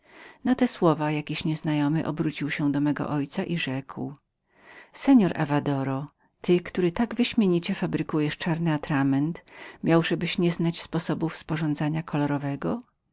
na te słowa jakiś nieznajomy obrócił się do mego ojca i rzekł seor avadoro ty który tak wyśmienicie fabrykujesz czarny atrament miałżebyś nie znać sposobów przyprawiania kolorowego